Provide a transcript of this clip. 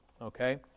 Okay